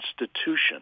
institution